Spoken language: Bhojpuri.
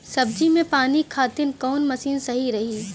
सब्जी में पानी खातिन कवन मशीन सही रही?